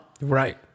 Right